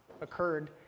occurred